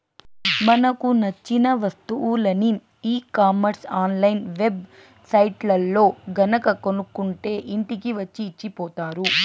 మనకు నచ్చిన వస్తువులని e commerce online web సైట్లల్లో గనక కొనుక్కుంటే ఇంటికి వచ్చి ఇచ్చిపోతారు